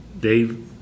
Dave